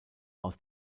aus